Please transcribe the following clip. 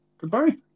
Goodbye